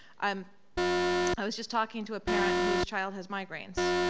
um i was just talking to a parent whose child has migraines,